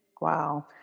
Wow